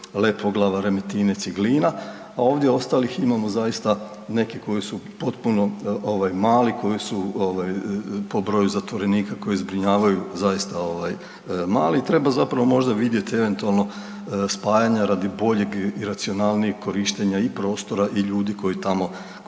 Lepoglava, Remetinec i Glina, a ovdje ostalih imamo zaista nekih koji su potpuno ovaj mali, koji su ovaj po broju zatvorenika koji zbrinjavaju zaista ovaj mali i treba zapravo možda vidjeti eventualno spajanje radi boljeg i racionalnijeg korištenja i prostora i ljudi koji tamo